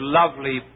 lovely